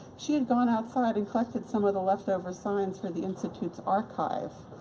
she had gone outside and collected some of the leftover signs for the institute's archive.